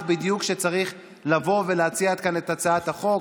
בדיוק כשצריך לבוא ולהציע כאן את הצעת החוק.